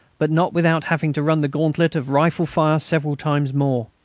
but not without having to run the gauntlet of rifle fire several times more.